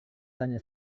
tanya